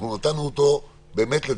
וגם